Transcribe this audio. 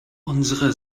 unsere